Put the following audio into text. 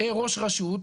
ראש רשות,